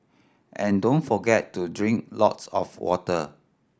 and don't forget to drink lots of water